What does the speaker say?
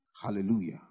hallelujah